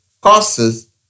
causes